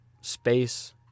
space